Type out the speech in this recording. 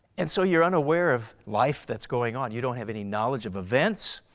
and so you're unaware of life that's going on, you don't have any knowledge of events,